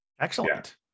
Excellent